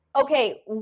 Okay